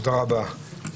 תודה רבה.